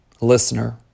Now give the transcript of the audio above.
listener